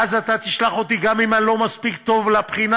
ואז אתה תשלח אותי גם אם אני לא מספיק טוב לבחינה,